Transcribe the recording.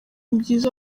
byiza